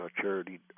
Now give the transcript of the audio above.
charity